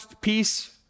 peace